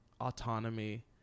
autonomy